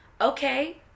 Okay